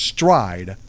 Stride